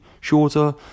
shorter